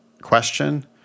question